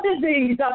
disease